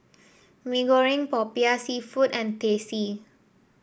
Mee Goreng popiah seafood and Teh C